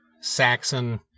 Saxon